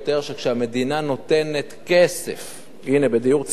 שכשהמדינה נותנת כסף בדיור ציבורי,